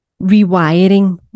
rewiring